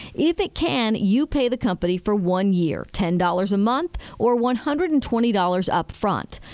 if it can, you pay the company for one year, ten dollars a month or one hundred and twenty dollars up-front.